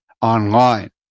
online